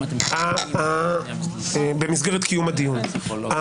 במסגרת קיום הדיון.